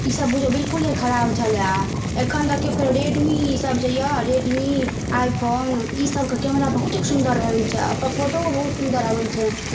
ईसब बुझियौ बिल्कुले खराब छलए एखन देखियो फेरो रेडमी ईसब जे यऽ रेडमी आइफोन ईसबके कैमरा बहुतेक सुन्दर रहै छै आ ओकर फोटोहो बहुत सुन्दर अबै छै